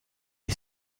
est